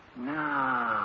No